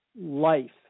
life